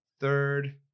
third